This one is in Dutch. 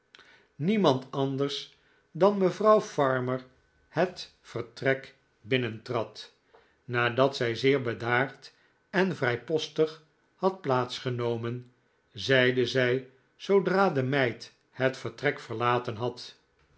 mand anders dan mevrouw farmer het vertrek binnentrad nadat zij zeer bedaard en vrijpostig had plaats genomen zeide zij zoodra de meid het vertrek verlaten had